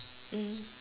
mm